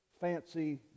fancy